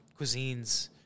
cuisines